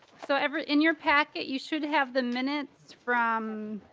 so every in your packet you should have the minutes from.